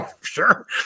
Sure